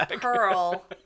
Pearl